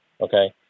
Okay